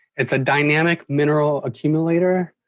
it's a dynamic mineral accumulator,